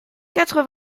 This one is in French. quatre